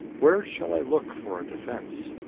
where shall i look for a defense?